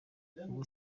ubu